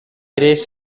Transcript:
eres